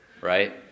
right